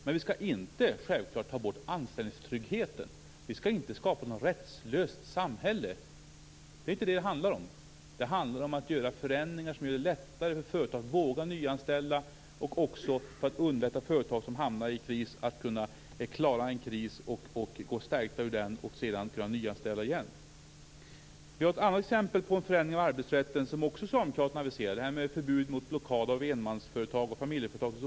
Men vi skall självfallet inte ta bort anställningstryggheten. Vi skall inte skapa ett rättslöst samhälle. Det är inte det detta handlar om. Det handlar om att skapa förändringar som gör det lättare för företag att våga nyanställa, och det handlar om att underlätta för företag som hamnar i kris att gå stärkta ur krisen för att kunna nyanställa igen. Jag har ett annat exempel på en förändring av arbetsrätten som socialdemokraterna också har aviserat. Det gäller förbudet mot blockad av enmansföretag och familjeföretag.